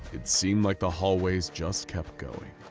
it seemed like the hallways just kept going.